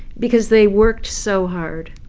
because they worked so hard.